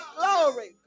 glory